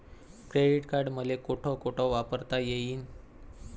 Credit card मले कोठ कोठ वापरता येईन?